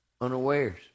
unawares